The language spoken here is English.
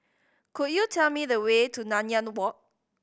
could you tell me the way to Nanyang Walk